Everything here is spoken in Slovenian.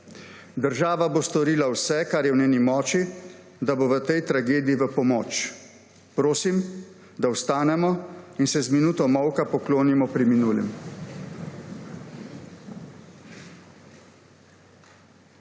Država bo storila vse, kar je v njeni moči, da bo v tej tragediji v pomoč. Prosim, da vstanemo in se z minuto molka poklonimo preminulim.